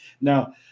Now